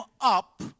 up